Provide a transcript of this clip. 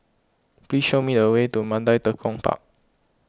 please show me the way to Mandai Tekong Park